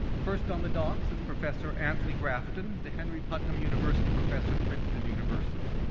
first on the docks is professor anthony grafton, the henry putnam university professor at princeton university.